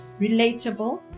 relatable